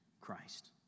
Christ